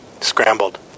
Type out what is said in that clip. scrambled